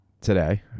today